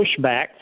pushback